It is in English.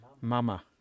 Mama